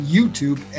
YouTube